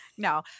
No